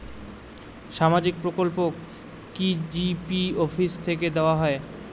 সামাজিক প্রকল্প কি জি.পি অফিস থেকে দেওয়া হয়?